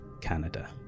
canada